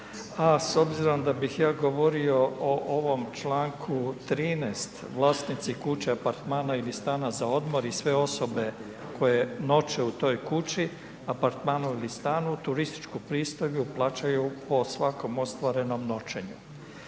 s obzirom da bih ja govorio o ovom članku 13. „Vlasnici kuća i apartmana ili stana za odmor i sve osobe koje noće u toj kući, apartmanu ili stanu turističku pristojbu plaćaju po svakom ostvarenom noćenju.“